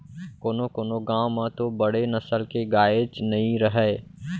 कोनों कोनों गॉँव म तो बड़े नसल के गायेच नइ रहय